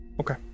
Okay